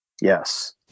Yes